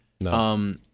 No